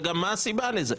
וגם מה הסיבה לזה?